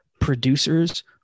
producers